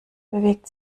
bewegt